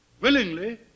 willingly